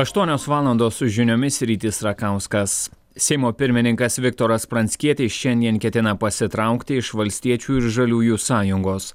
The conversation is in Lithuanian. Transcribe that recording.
aštuonios valandos su žiniomis rytis rakauskas seimo pirmininkas viktoras pranckietis šiandien ketina pasitraukti iš valstiečių ir žaliųjų sąjungos